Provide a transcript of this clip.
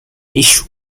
issue